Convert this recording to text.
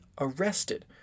arrested